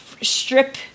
strip